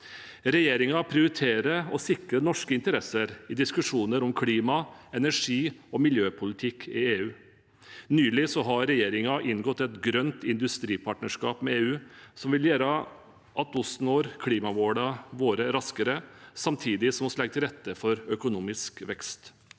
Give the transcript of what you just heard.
Regjeringen prioriterer å sikre norske interesser i diskusjoner om klima, energi og miljøpolitikk i EU. Nylig har regjeringen inngått et grønt industripartnerskap med EU, noe som vil gjøre at vi når klimamålene våre raskere samtidig som vi legger til rette for økonomisk vekst.